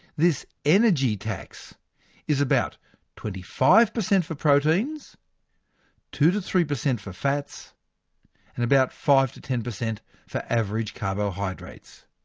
this energy tax is about twenty five per cent for proteins two to three per cent for fats and about five to ten per cent for average carbohydrates.